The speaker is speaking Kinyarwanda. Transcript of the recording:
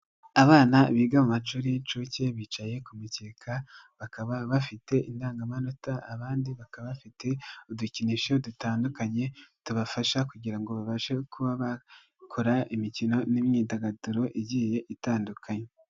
Abana biga mu amashuri y'incuke, bicaye ku mukeka, bakaba bafite indangamanota, abandi bakaba bafite udukinisho dutandukanye, tubafasha kugira ngo babashe kubakora imikino n'imyidagaduro, igiye itandukanye.